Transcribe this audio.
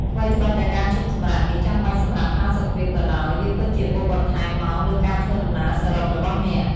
ថ្វីត្បិតតែការឈប់សម្រាកនេះចាំបាច់សម្រាប់ផាសុកភាពក៏ដោយ វាពិតជាបូកបន្ថែមម៉ោងលើការធ្វើដំណើរសរុបរបស់អ្នក។